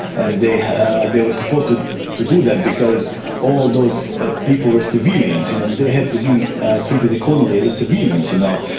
and they they were supposed to to do that, because all those ah people were civilians you know and they had to be treated accordingly as civilians, you know?